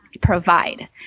provide